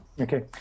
Okay